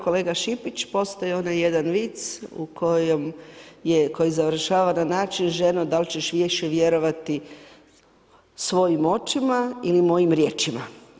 Kolega Šipić, postoji onaj jedan vic u kojem je, koji završava na način ženo da li ćeš više vjerovati svojim očima ili mojim riječima.